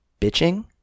bitching